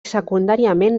secundàriament